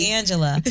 Angela